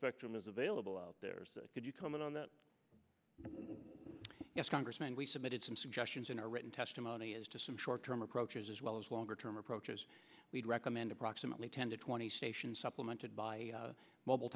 spectrum is available there could you comment on that yes congressman we submitted some suggestions in our written testimony as to some short term approaches as well as longer term approaches we'd recommend approximately ten to twenty stations supplemented by mobile